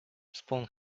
spoon